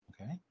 Okay